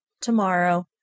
tomorrow